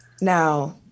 Now